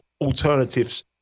alternatives